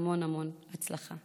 בהמון המון הצלחה.